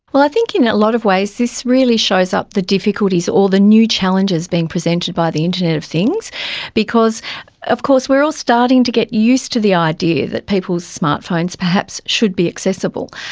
well, i think in a lot of ways this really shows up the difficulties or the new challenges being presented by the internet of things because of course we are all starting to get used to the idea that people's smart phones perhaps should be accessible.